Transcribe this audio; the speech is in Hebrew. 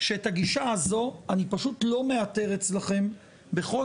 שאת הגישה הזו אני פשוט לא מאתר אצלכם בכל